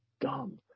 dumb